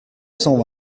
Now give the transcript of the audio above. cent